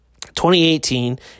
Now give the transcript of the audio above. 2018